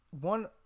one